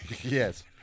Yes